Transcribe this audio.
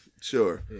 sure